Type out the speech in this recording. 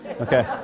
Okay